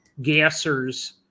gassers